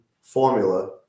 formula